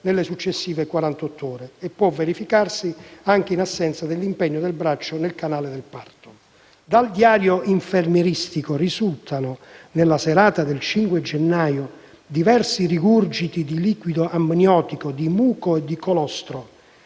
nelle successive 48 ore) e può verificarsi anche in assenza dell'impegno del braccio nel canale del parto. Dal diario infermieristico risultano, nella serata del 5 gennaio, "diversi rigurgiti di liquido amniotico, muco e colostro".